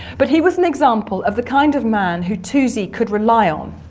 but he was an example of the kind of man who toosey could rely on.